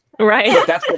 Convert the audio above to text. Right